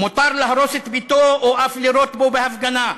מותר להרוס את ביתו או אף לירות בו בהפגנה,